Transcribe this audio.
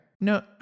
No